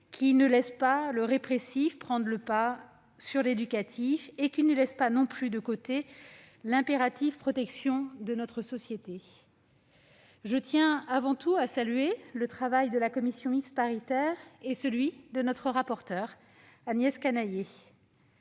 qui ne laisse pas le répressif prendre le pas sur l'éducatif et qui ne met pas non plus de côté l'impérative protection de notre société. Je tiens avant tout à saluer le travail réalisé tant par la commission mixte paritaire que par notre rapporteur Agnès Canayer.